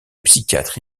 psychiatre